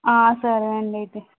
సరే అండి అయితే